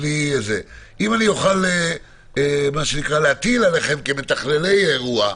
אם אוכל להטיל עליכם כמתכללי האירוע,